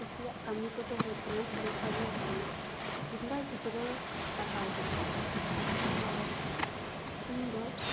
ᱠᱩᱥᱤᱭᱟᱜ ᱠᱟᱹᱢᱤ ᱠᱚᱫᱚ ᱦᱩᱭᱩᱜ ᱠᱟᱱᱟ ᱥᱚᱝᱥᱟᱨ ᱨᱮᱭᱟᱜ ᱠᱟᱹᱢᱤ ᱠᱤᱢᱵᱟ ᱜᱤᱫᱽᱨᱟᱹ ᱯᱟᱲᱦᱟᱣ ᱦᱚᱸ ᱤᱧ ᱫᱚ